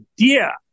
idea